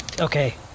Okay